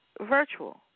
virtual